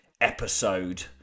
episode